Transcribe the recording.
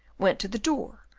went to the door,